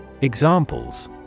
Examples